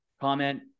comment